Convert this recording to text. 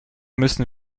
müssen